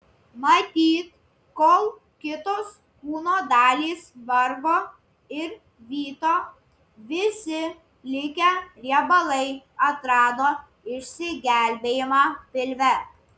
matyt kol kitos kūno dalys vargo ir vyto visi likę riebalai atrado išsigelbėjimą pilve